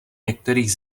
některých